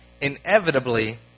inevitably